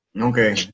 Okay